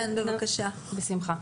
בבקשה.